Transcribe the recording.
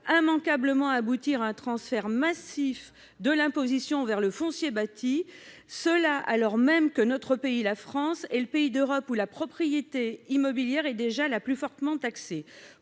immanquablement aboutir à un transfert massif de l'imposition vers le foncier bâti, alors même que la France est le pays d'Europe où la propriété immobilière est déjà le plus fortement taxée.